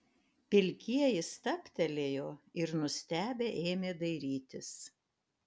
pilkieji stabtelėjo ir nustebę ėmė dairytis